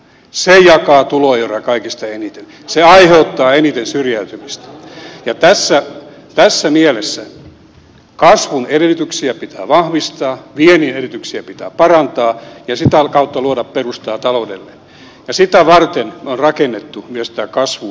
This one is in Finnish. se jakaa tuloeroja kaikista eniten se aiheuttaa eniten syrjäytymistä ja tässä mielessä kasvun edellytyksiä pitää vahvistaa viennin edellytyksiä pitää parantaa ja sitä kautta luoda perustaa taloudelle ja sitä varten me olemme rakentaneet myös tämän kasvu ja työllisyysohjelman